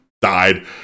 died